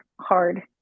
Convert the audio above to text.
hard